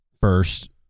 first